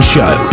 Show